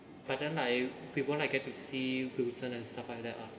but then like we won't like get to see wilson and stuff like that lah